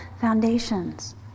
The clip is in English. foundations